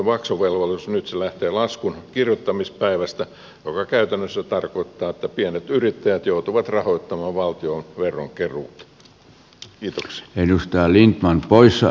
nyt se lähtee laskun kirjoittamispäivästä mikä käytännössä tarkoittaa että pienet yrittäjät joutuvat rahoittamaan valtion veronkeruuta